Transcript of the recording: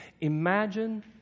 Imagine